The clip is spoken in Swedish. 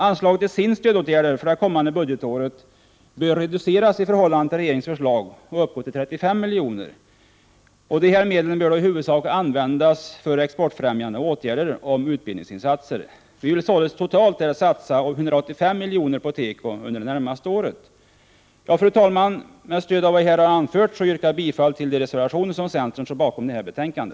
Anslaget till SIND:s stödåtgärder för det kommande budgetåret bör reduceras i förhållande till regeringens förslag och uppgå till 35 miljoner. Dessa medel bör i huvudsak användas för exportfrämjande åtgärder och utbildningsinsatser. Vi vill således satsa totalt 185 miljoner på teko under det närmaste året. Fru talman! Med stöd av vad jag har anfört yrkar jag bifall till de reservationer som centern står bakom i detta betänkande.